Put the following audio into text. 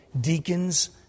deacons